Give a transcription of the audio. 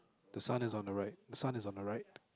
the sun is on the right the sun is on the right